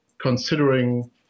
considering